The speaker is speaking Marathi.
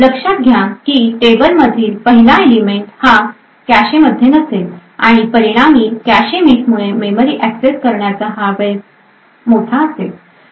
लक्षात घ्या कि टेबलमधील पहिला एलिमेंट हा कॅशे मध्ये नसेल आणि परिणामी कॅशे मिस मुळे मेमरी एक्सेस करण्याचा वेळ हा मोठा असेल